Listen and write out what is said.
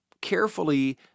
carefully